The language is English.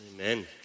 Amen